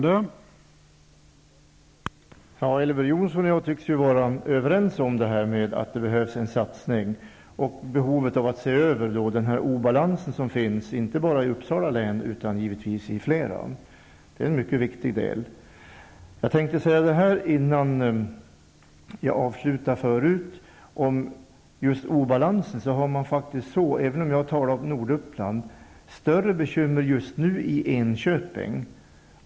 Herr talman! Elver Jonsson och jag tycks ju vara överens om att det behövs en satsning på detta område, att det är nödvändigt att se över den obalans som finns, inte bara i Uppsala län utan givetvis i flera. Det är en mycket viktigt. När jag tvingades avsluta mitt inledningsanförande hade jag tänkt påpeka att man just nu när det gäller obalanser har större problem i Enköping än i Norduppland, även om det var vad jag talade om.